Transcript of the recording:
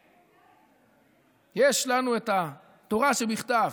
יש לנו את התורה שבכתב,